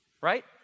Right